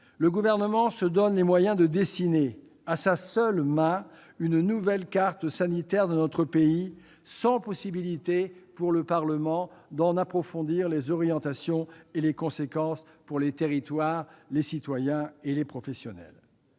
le Gouvernement se donne les moyens de dessiner à sa seule main une nouvelle carte sanitaire de notre pays, sans possibilité pour le Parlement d'en approfondir les orientations et les conséquences pour les territoires, les citoyens et les professionnels.